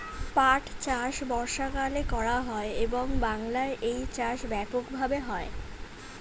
পাট চাষ বর্ষাকালে করা হয় এবং বাংলায় এই চাষ ব্যাপক ভাবে হয়